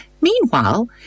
Meanwhile